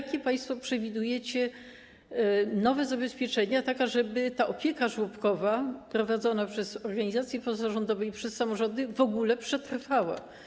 Jakie państwo przewidujecie nowe zabezpieczenia, żeby opieka żłobkowa prowadzona przez organizacje pozarządowe i przez samorządy w ogóle przetrwała?